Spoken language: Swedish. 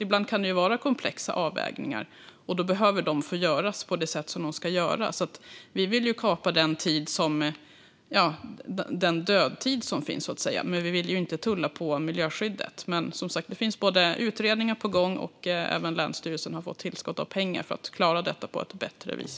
Ibland kan det ju vara komplexa avvägningar, och då behöver de få göras så som de ska göras. Vi vill kapa den dödtid som finns, men vi vill inte tulla på miljöskyddet. Det finns som sagt utredningar på gång, och länsstyrelsen har fått tillskott av pengar för att klara detta på ett bättre vis.